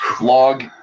Log